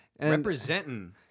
Representing